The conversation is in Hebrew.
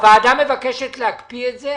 הוועדה מבקשת להקפיא את זה,